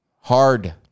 Hard